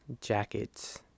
jackets